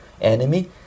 enemy